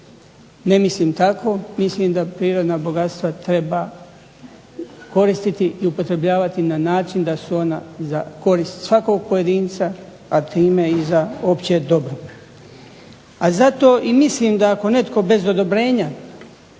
Ne mislim tako, mislim da prirodna bogatstva treba koristiti i upotrebljavati na način da su ona korist svakog pojedinca a time i za opće dobro. A zato i mislim da ako netko bez odobrenja